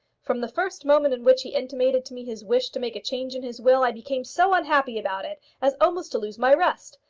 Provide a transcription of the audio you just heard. from the first moment in which he intimated to me his wish to make a change in his will, i became so unhappy about it as almost to lose my rest.